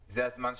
זה הזמן שלנו,